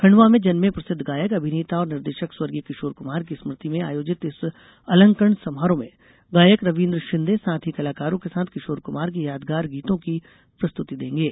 खंडवा में जन्मे प्रसिद्ध गायक अभिनेता और निर्देशक स्व किशोर कुमार की स्मृति में आयोजित इस अलंकरण समारोह में गायक रवीन्द्र शिंदे साथी कलाकारों के साथ किशोर कुमार के यादगार गीतों की प्रस्तुति देंगे